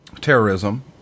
terrorism